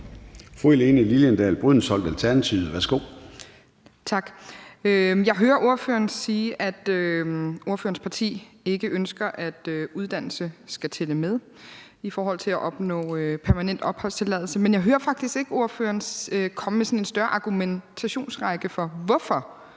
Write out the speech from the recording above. Helene Liliendahl Brydensholt (ALT): Tak. Jeg hører ordføreren sige, at ordførerens parti ikke ønsker, at uddannelse skal tælle med i forhold til at opnå permanent opholdstilladelse, men jeg hører faktisk ikke, at ordføreren komme med sådan en større argumentationsrække for, hvorfor det